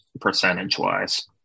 percentage-wise